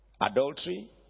adultery